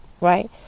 right